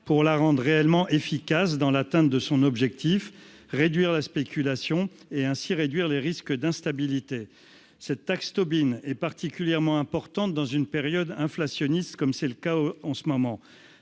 pour la rendent réellement efficaces dans l'atteinte de son objectif, réduire la spéculation et ainsi réduire les risques d'instabilité cette taxe tobine est particulièrement importante dans une période inflationniste, comme c'est le cas en ce moment